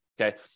Okay